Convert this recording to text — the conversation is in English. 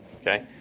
okay